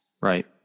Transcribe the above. Right